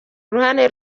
uruhare